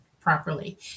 properly